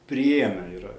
priėmę yra